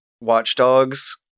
watchdogs